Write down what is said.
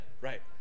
Right